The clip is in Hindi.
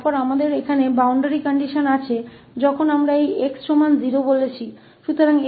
और फिर हमारे यहां सीमा की स्थिति है जब हमने इस x को 0 के बराबर कहा है